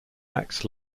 acts